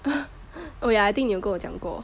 oh yeah I think 你有给我讲过